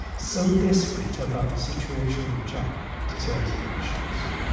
so desperate about the situation in china to turn to the russians.